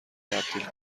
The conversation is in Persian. تبدیل